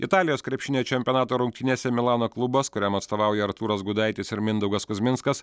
italijos krepšinio čempionato rungtynėse milano klubas kuriam atstovauja artūras gudaitis ir mindaugas kuzminskas